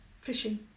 fishing